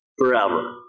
Forever